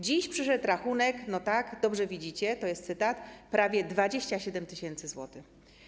Dziś przyszedł rachunek - tak, dobrze widzicie, to jest cytat - na prawie 27 tys. zł.